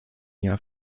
jahr